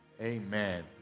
Amen